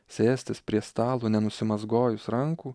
sėstis prie stalo nenusimazgojus rankų